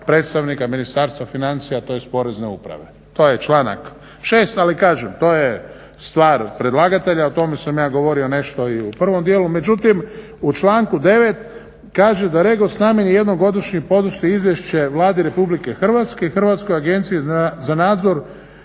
predstavnika Ministarstva financija tj. Porezne uprave, to je članak 6. Ali kažem to je stvar predlagatelja o tome sam govorio nešto u prvom dijelu. Međutim u članku 9.kaže da REGOS najmanje jednom godišnje podnosi izvješće vladi RH i Hrvatskoj agenciji za nadzor